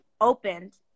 opened